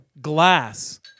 glass